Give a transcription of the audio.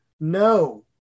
No